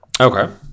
Okay